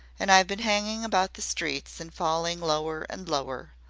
and i've been hanging about the streets and falling lower and lower.